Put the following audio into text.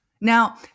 Now